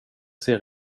ser